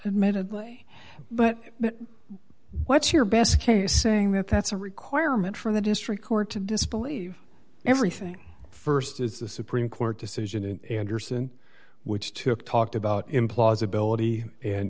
admittedly but what's your best case saying that that's a requirement for the district court to disbelieve everything st is the supreme court decision in andersen which took talked about implausibility an